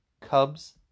Cubs